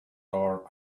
tore